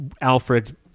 Alfred